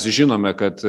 žinome kad